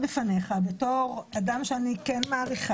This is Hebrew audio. ולכן,